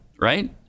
right